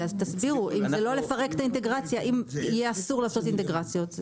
אז תסבירו אם יהיה אסור לעשות אינטגרציות?